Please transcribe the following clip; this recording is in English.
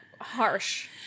harsh